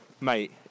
mate